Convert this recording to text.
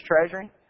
treasury